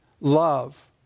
love